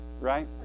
right